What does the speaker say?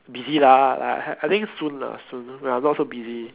busy lah like I I think soon lah soon when I not so busy